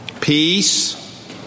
peace